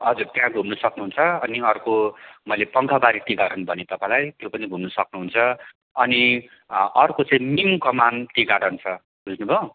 हजुर त्यहाँ घुम्न सक्नुहुन्छ अनि अर्को मैले पङ्खाबारी टी गार्डन भने तपाईँलाई त्यो पनि घुम्न सक्नुहुन्छ अनि अर्को चाहिँ मिन कमान टी गार्डन छ बुझ्नुभयो